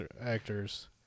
actors